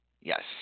yes